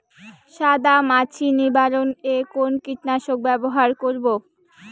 সাদা মাছি নিবারণ এ কোন কীটনাশক ব্যবহার করব?